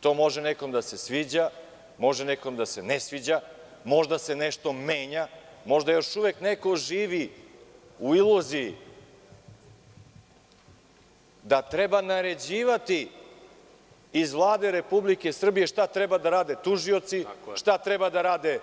To može nekom da se sviđa, može nekom da se ne sviđa, možda se nešto menja, možda još uvek neko živi u iluziji da treba naređivati iz Vlade Republike Srbije šta treba da rade tužioci, šta treba da rade